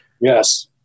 Yes